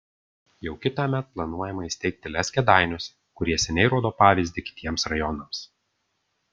jau kitąmet planuojama įsteigti lez kėdainiuose kurie seniai rodo pavyzdį kitiems rajonams